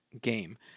game